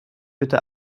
bitte